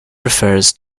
refers